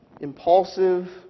impulsive